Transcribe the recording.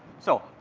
so,